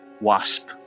wasp